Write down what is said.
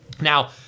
Now